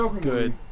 good